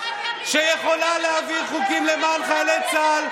שיכולה להעביר חוקים למען חיילי צה"ל,